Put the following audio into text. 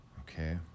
okay